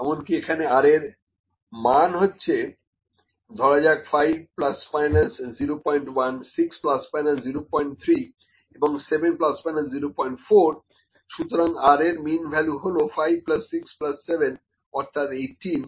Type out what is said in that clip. এমনকি এখানে r এর মান হচ্ছে ধরা যাক 5 প্লাস মাইনাস 01 6 প্লাস মাইনাস 03 এবং 7 প্লাস মাইনাস 04 সুতরাংr এর মিন ভ্যালু হল 567 অর্থাৎ 18